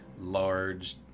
Large